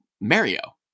mario